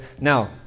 Now